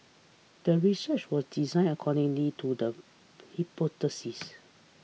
the research was designed accordingly to the hypothesis